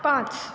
पांच